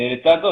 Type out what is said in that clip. לצד זאת,